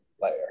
layer